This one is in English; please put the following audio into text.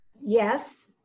yes